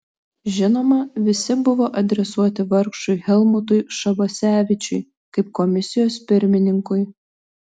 žinoma visi buvo adresuoti vargšui helmutui šabasevičiui kaip komisijos pirmininkui